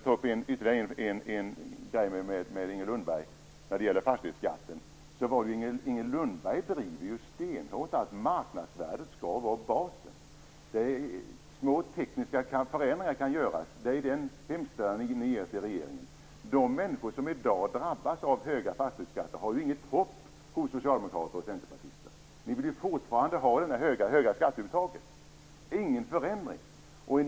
Beträffande fastighetsskatten driver Inger Lundberg stenhårt att det är marknadsvärdet som skall vara basen. Små tekniska förändringar kan göras - det är innebörden i er hemställan till regeringen. De människor som i dag drabbas av höga fastighetsskatter har inget hopp hos socialdemokrater och centerpartister. Ni vill fortfarande ha det höga skatteuttaget - ingen förändring.